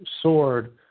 sword